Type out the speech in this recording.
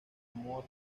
amor